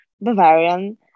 Bavarian